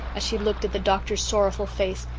as she looked at the doctor's sorrowful face,